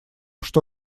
что